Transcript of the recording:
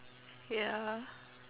ya